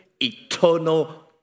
eternal